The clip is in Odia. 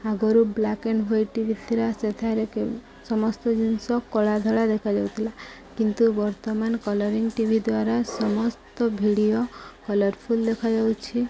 ଆଗରୁ black and white TV ଥିଲା ସେଠରେ ସମସ୍ତ ଜିନିଷ କଳା ଧଳା ଦେଖାଯାଉଥିଲା କିନ୍ତୁ ବର୍ତ୍ତମାନ କଲରିଂ ଟି ଭି ଦ୍ୱାରା ସମସ୍ତ ଭିଡ଼ିଓ କଲରଫୁଲ ଦେଖାଯାଉଛି